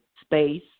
space